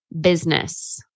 business